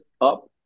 up